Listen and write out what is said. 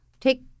take